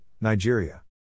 Nigeria